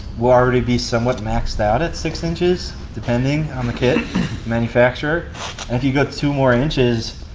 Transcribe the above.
will already be somewhat maxed out at six inches, depending on the kit manufacturer. and if you go two more inches,